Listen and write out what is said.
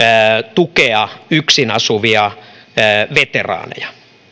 tukea yksin asuvia veteraaneja